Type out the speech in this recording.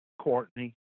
Courtney